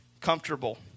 comfortable